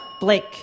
Blake